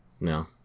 No